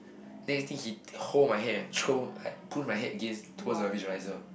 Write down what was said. then he think he hold my head and throw like push my head against towards the visualiser